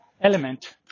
element